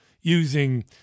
using